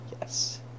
Yes